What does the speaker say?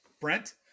brent